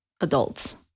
adults